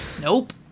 Nope